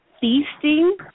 feasting